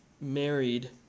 married